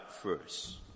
first